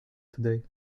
today